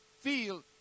feel